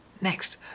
Next